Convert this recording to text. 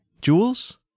Jewels